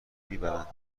میبرند